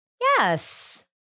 yes